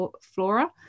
flora